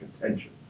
contention